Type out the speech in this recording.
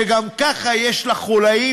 שגם ככה יש לה חוליים,